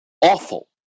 awful